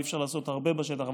אי-אפשר לעשות הרבה בשטח,